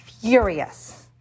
furious